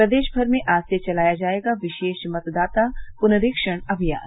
प्रदेश भर में आज से चलाया जायेगा विशेष मतदाता पुनरीक्षण अभियान